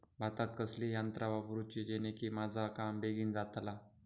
भातात कसली यांत्रा वापरुची जेनेकी माझा काम बेगीन जातला?